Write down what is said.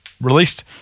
released